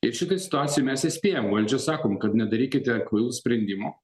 ir šitoj situacijoj mes įspėjam valdžią sakom kad nedarykite kvailų sprendimų